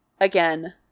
again